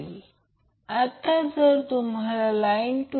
तर येथे त्याचप्रकारे रेफरन्स लाईन आहे